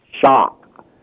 shock